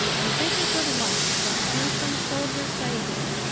and make a good wife to that handsome soldier saito,